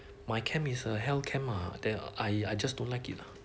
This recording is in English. my camp is a hell camp mah then I just don't like it